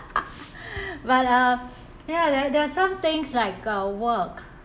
but uh ya there there are some things like uh work